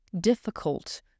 difficult